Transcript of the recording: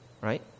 Right